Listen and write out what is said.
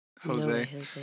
Jose